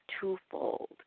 twofold